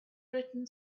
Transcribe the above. written